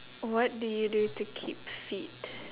what do you do to keep fit